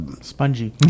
spongy